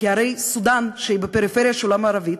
כי הרי סודאן היא בפריפריה של העולם הערבי,